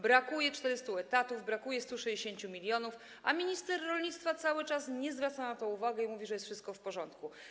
Brakuje 400 etatów, brakuje 160 mln, a minister rolnictwa cały czas nie zwraca na to uwagi i mówi, że wszystko jest w porządku.